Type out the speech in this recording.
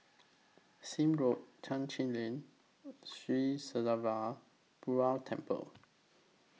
Sime Road Chai Chee Lane Sri Srinivasa Perumal Temple